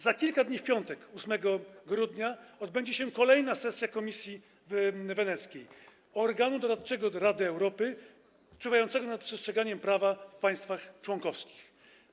Za kilka dni, w piątek 8 grudnia, odbędzie się kolejna sesja Komisji Weneckiej, organu doradczego Rady Europy, czuwającego nad przestrzeganiem prawa w państwach członkowskich.